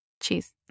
cheese